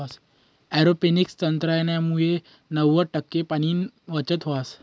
aeroponics तंत्रज्ञानमुये नव्वद टक्का पाणीनी बचत व्हस